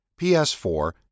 PS4